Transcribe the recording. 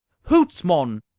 hoots, mon!